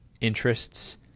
interests